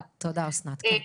בעבר.